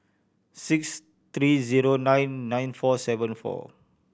six three zero nine nine four seven four